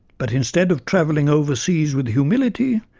but instead of travelling overseas with humility,